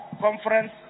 conference